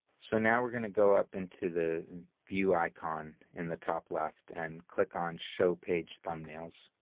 so now we're going to go up into the view icon in the top left and click on show page thumbnails,